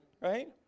Right